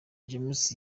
james